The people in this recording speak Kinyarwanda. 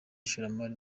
ishoramari